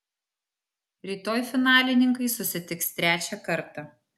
rytoj finalininkai susitiks trečią kartą